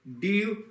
deal